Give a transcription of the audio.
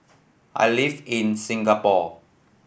I live in Singapore